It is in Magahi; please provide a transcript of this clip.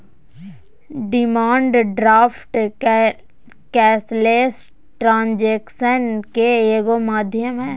डिमांड ड्राफ्ट कैशलेस ट्रांजेक्शनन के एगो माध्यम हइ